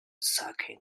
sacking